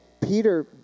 Peter